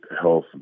health